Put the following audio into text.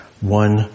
one